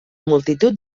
multitud